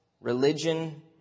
religion